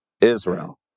Israel